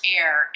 air